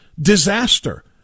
disaster